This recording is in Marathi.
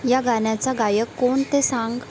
या गाण्याचा गायक कोण ते सांग